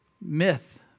myth